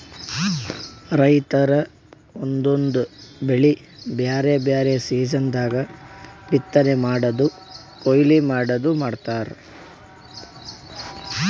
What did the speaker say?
ರೈತರ್ ಒಂದೊಂದ್ ಬೆಳಿ ಬ್ಯಾರೆ ಬ್ಯಾರೆ ಸೀಸನ್ ದಾಗ್ ಬಿತ್ತನೆ ಮಾಡದು ಕೊಯ್ಲಿ ಮಾಡದು ಮಾಡ್ತಾರ್